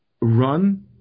run